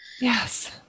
Yes